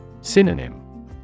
Synonym